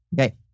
Okay